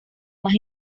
más